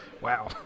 wow